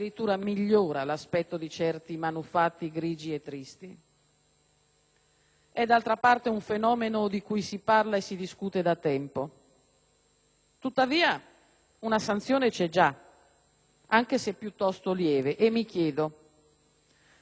È d'altra parte un fenomeno di cui si parla e si discute da tempo. Tuttavia una sanzione c'è già, anche se piuttosto lieve, e mi chiedo: quanti sono stati condannati per questo fatto? Quanti?